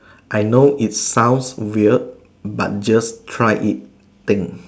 I know it sounds weird but just try it thing